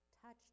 Touched